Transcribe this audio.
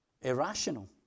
irrational